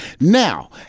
Now